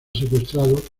secuestrado